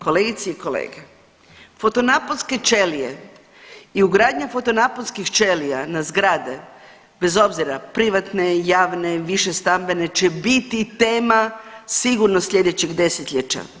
Kolegice i kolege, fotonaponske ćelije i ugradnja fotonaponskih ćelija na zgrade bez obzira privatne, javne, višestambene će biti tema sigurno slijedećeg desetljeća.